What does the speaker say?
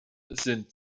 sind